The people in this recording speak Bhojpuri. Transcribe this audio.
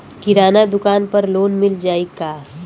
किराना दुकान पर लोन मिल जाई का?